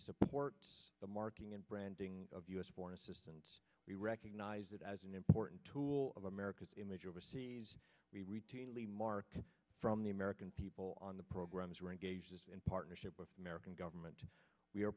support the marking and branding of u s born assistance we recognize that as an important tool of america's image overseas we routinely mark from the american people on the programs we're engaged in partnership with the american government we